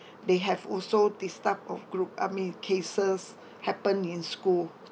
they have also this type of group I mean cases happen in school